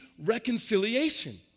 reconciliation